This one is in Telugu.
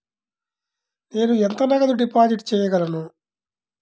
నేను ఎంత నగదు డిపాజిట్ చేయగలను?